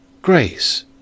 Grace